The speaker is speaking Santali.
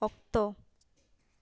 ᱚᱠᱛᱚ